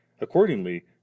Accordingly